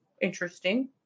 interesting